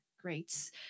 greats